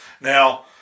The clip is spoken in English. Now